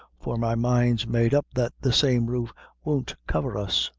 for my mind's made up that the same roof won't cover us.